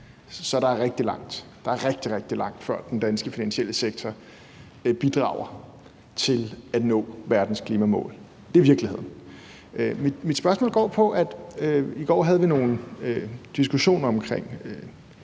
er rigtig, rigtig lang vej til, at den danske finansielle sektor bidrager til at nå verdens klimamål. Det er virkeligheden. I går havde vi nogle diskussioner om